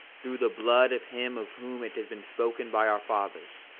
through the blood of him of whom it has been spoken by our fathers,